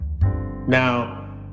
Now